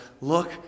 look